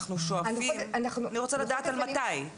אנחנו שואפים, אני רוצה לדעת על מתי?